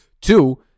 Two